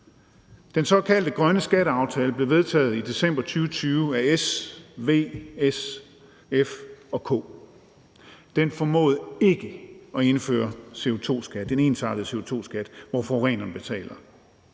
Den såkaldte grønne skatteaftale blev vedtaget i december 2020 af bl.a. S, V, SF og KF. Den formåede ikke at indføre den ensartede CO2-skat, hvor forureneren betaler.